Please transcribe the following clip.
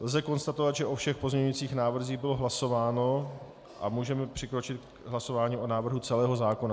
Lze konstatovat, že o všech pozměňujících návrzích bylo hlasováno, a můžeme přikročit k hlasování o návrhu celého zákona.